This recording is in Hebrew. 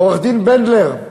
עורך-דין בנדלר,